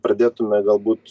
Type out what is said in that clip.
pradėtume galbūt